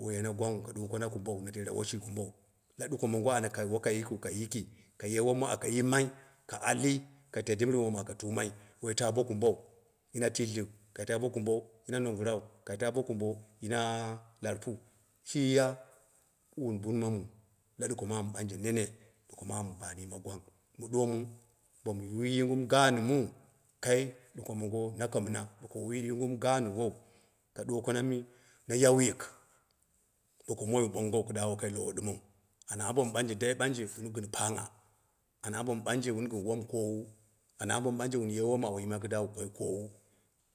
Woi yana gwang ka ɗuwoka na kumbo. Na dera woi ishi kumbou ana wom wokai yiki kai yiki ka ye wom aka yimai ka ali ka tai dimbi ma wom akai tumai, woi taa bo kumbou na tiishik kai ta bo. Kumbo na nungura kai tabo kumbo, na larpu, shii u wun bunmamu la, duko ma mu ɓangje nene duko mama ɓa an yima gwang, mu ɗuwo bo mu yumgum ban baanje ganman. Kai ɗuko mongo nako mina boka wui yumgum gaawou, yau bo ka ɗuwoko dim bowu ɓongou ka ɗwoko na yau yik boko lowo ɗɨmiu, ka ɗuwo na mi na yau yik boka moi dɨ bo wu ɓongou da wa kai lowo ɗɨmɨu sha ambo mi ɓanje dai wun gɨn pangngha, ana ambo mi ɓanhe wun gɨn wom kowa anya ambo mɨ ɓanje wun ye wom awu yimai kɨda wu kon kow,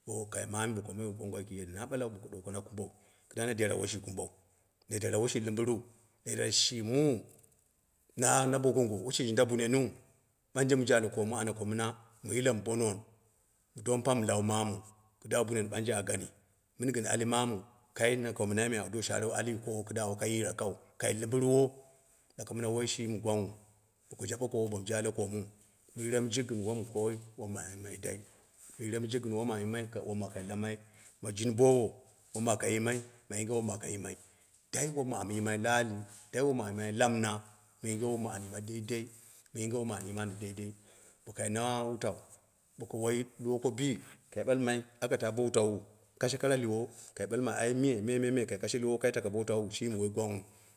be kai mami ka ɗu woko bo gongowo yiki, na ɓale bo ka ɗuwo ko na kumbou, kida na dera woi shi kumbou, na dera woi shi lɨmbirwo ae shi mu na na bogongo woi shi jinda bunnenu, ɓangje mu ja le koomu ana ko mina, mu yilemu bo nong mɨ domu pa mɨ lau mamau da bunen ɓangje a gani mɨn gɨn ali mamu. Kai mako mina awu do sharɨwo alii kowo kɨda woi kai yira kau, kai limbirwo, na mima shimi woi gwangnghu bo jaɓe koowo bo mu jale koomuu, mu yire jiye gɨn wom koi wom amu yimai dai, mu yire mu jik gin wom amu yimai dai, mu yere jik gin wom amu ma jin boowo wom aka yimai, ma yinge wom aka yimai dai wom amu yimai la ali, dai wom amu yimai la mina, mu yinge wom amu yimai daidai mu yinge wom amu yimani daidai, bo kai na wutau boko wai ɗuwoko biu, ka ɓalmai aka ta bo wutau, ka she kara liwo kai ɓalmai ai me me, me me me kai kashe lɨwo wal kai taka bo wutauu shi woi gwangnghu.